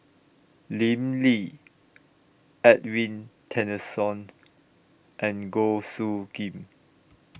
Lim Lee Edwin Tessensohn and Goh Soo Khim